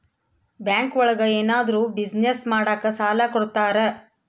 bank ಒಳಗ ಏನಾದ್ರೂ business ಮಾಡಾಕ ಸಾಲ ಕೊಡ್ತಾರ